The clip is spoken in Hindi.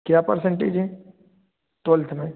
क्या परसेंटेज है ट्वेल्थ में